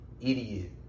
Idiot